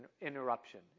interruption